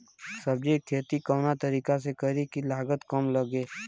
सब्जी के खेती कवना तरीका से करी की लागत काम लगे?